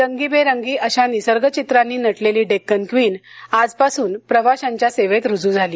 रंगीबेरंगी अशा निसर्गचित्रांनी नटलेली डेक्कन क्वीन आजपासून प्रवाशांच्या सेवेत रुजू झाली